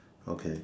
okay